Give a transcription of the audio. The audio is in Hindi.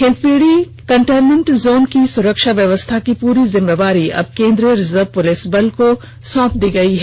हिंदपीढ़ी कंटेन्मेंट जोन की सुरक्षा व्यवस्था की पूरी जिम्मेवारी अब केन्द्रीय रिजर्व पुलिस बल को सौंप दी गई है